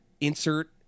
insert